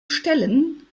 stellen